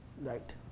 Right